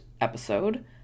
episode